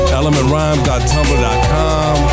elementrhymes.tumblr.com